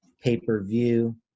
pay-per-view